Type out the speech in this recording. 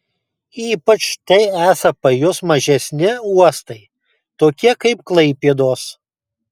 ypač tai esą pajus mažesni uostai tokie kaip klaipėdos